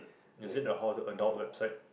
is it the hall to adult website